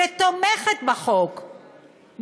שתומכת בחוק,